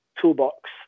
toolbox